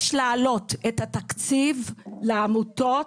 יש להעלות את התקציב לעמותות,